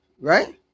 Right